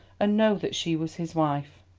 and know that she was his wife!